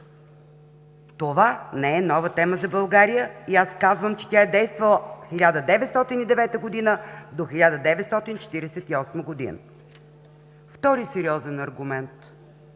Това не е нова тема за България и аз казвам, че тя е действала от 1909 г. до 1948 г. Втори сериозен аргумент.